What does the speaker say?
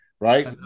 right